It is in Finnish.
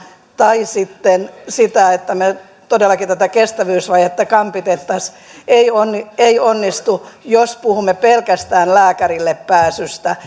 tai sitten se että me todellakin tätä kestävyysvajetta kampittaisimme eivät onnistu jos puhumme pelkästään lääkärille pääsystä